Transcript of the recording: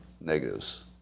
negatives